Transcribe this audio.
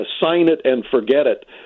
sign-it-and-forget-it